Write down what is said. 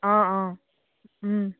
অঁ অঁ